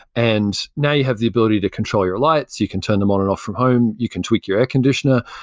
and now you have the ability to control your lights. you can turn them on and off from home, you can tweak your air conditioner.